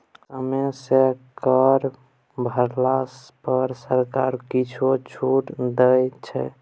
समय सँ कर भरला पर सरकार किछु छूटो दै छै